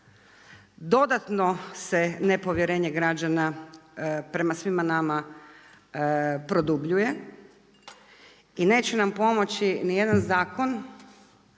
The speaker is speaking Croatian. dodatno se nepovjerenje građana prema svima nama produbljuje i neće nam pomoći nijedan zakon